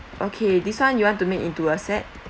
okay this one you want to make into a set